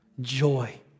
joy